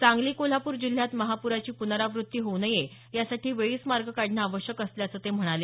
सांगली कोल्हापूर जिल्ह्यात महाप्राची पुनरावृत्ती होऊ नये यासाठी वेळीच मार्ग काढणं आवश्यक असल्याचं ते म्हणाले